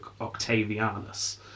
Octavianus